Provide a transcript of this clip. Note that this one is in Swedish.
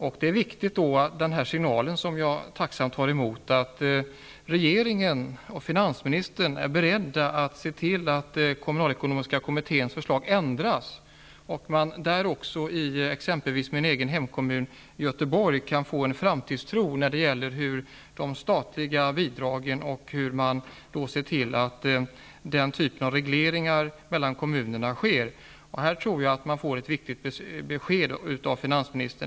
Jag tar tacksamt emot den viktiga signalen att regeringen och finansministern är beredda att se till att kommunalekonomiska kommitténs förslag ändras och att man också i exempelvis min hemkommun Göteborg kan få en framtidstro på de statliga bidragen och på att den typen av regleringar mellan kommunerna skall genomföras. Jag tror att det här var ett viktigt besked från finansministern.